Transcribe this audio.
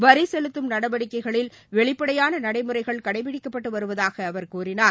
வரி செலுத்தும் நடவடிக்கைகளில் வெளிப்படையான நடைமுறைகள் களடபிடிக்கப்பட்டு வருவதாக அவர் கூறினார்